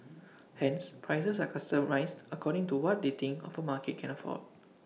hence prices are customised according to what they think of A market can afford